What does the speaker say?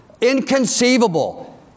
inconceivable